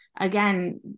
again